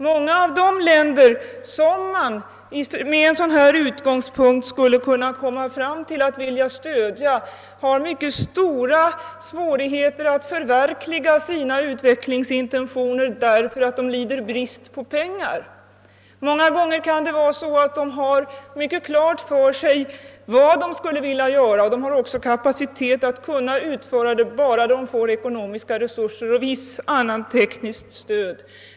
Många av de länder som man från denna utgångspunkt skulle kunna vilja stödja har mycket stora svårigheter att förverkliga sina utvecklingsintentioner därför att de lider brist på pengar. Många gånger kan det vara så att de har mycket klart för sig vad de skulle vilja göra och också har kapacitet att göra det bara de får ekonomiska resurser och visst tekniskt stöd.